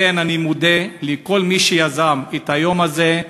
לכן, אני מודה לכל מי שיזם את היום הזה,